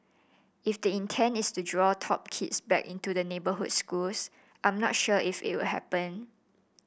if the intent is to draw top kids back into the neighbourhood schools I'm not sure if it will happen